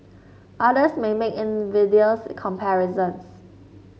others may make invidious comparisons